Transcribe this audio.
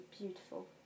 beautiful